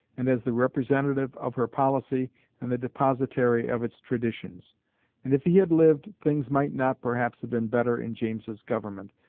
and as the representative of her policy and the depositary of its traditions and if he had lived, things might not, perhaps, have been better in james's government,